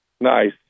Nice